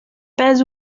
pas